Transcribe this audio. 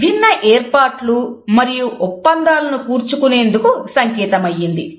విభిన్న ఏర్పాట్లు మరియు ఒప్పందాలను కూర్చుకునేందుకు సంకేత మయ్యింది